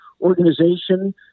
Organization